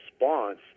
response